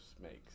makes